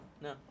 no